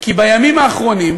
כי בימים האחרונים